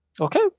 Okay